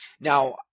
Now